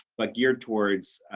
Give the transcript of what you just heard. but geared towards,